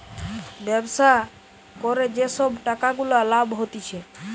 ব্যবসা করে যে সব টাকা গুলা লাভ হতিছে